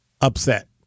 Upset